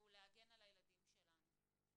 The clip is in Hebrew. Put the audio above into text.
והוא להגן על הילדים שלנו.